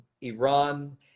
Iran